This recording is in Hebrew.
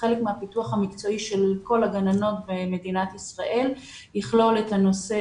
חלק מהפיתוח המקצועי של כל הגננות במדינת ישראל יכלול נושא